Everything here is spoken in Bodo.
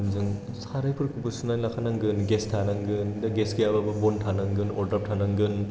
जों सारायफोरखौबो सुनानै लाखानांगोन गेस थानांगोन गेस गैयाबाबो बन थानांगोन अरदाब थानांगोन